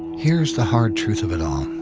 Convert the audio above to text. here's the hard truth of it all.